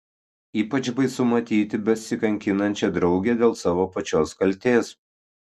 ypač baisu matyti besikankinančią draugę dėl savo pačios kaltės